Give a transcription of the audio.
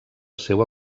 seua